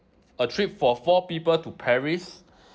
a trip for four people to paris